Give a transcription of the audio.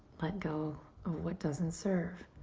let go of what doesn't serve.